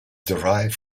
derived